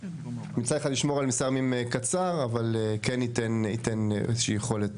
מצד אחד ישמור על מספר ימים קצר אבל כן ייתן איזה שהיא יכולת